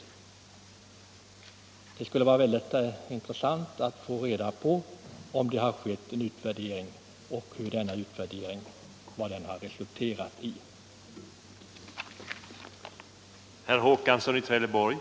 Det skulle vara intressant att få veta vad = Statens järnvägars denna utvärdering i så fall resulterat i. anslagsbehov